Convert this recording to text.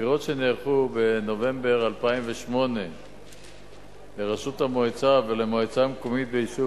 בבחירות שנערכו בנובמבר 2008 לראשות המועצה ולמועצה המקומית ביישוב